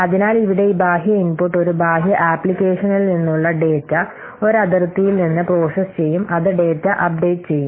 അതിനാൽ ഇവിടെ ഈ ബാഹ്യ ഇൻപുട്ട് ഒരു ബാഹ്യ ആപ്ലിക്കേഷനിൽ നിന്നുള്ള ഡാറ്റ ഒരു അതിർത്തിയിൽ നിന്ന് പ്രോസസ്സ് ചെയ്യും അത് ഡാറ്റ അപ്ഡേറ്റ് ചെയ്യും